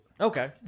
Okay